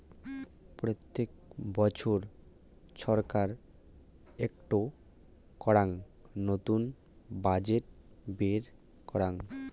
প্রত্যেক বছর ছরকার একটো করাং নতুন বাজেট বের করাং